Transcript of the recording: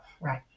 Right